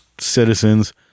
citizens